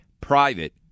Private